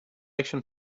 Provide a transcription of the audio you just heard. action